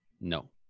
no